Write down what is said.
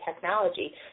technology